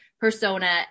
persona